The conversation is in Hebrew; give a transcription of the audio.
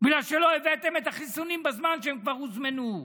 בגלל שלא הבאתם את החיסונים בזמן כשהם כבר הוזמנו.